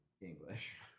English